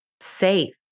safe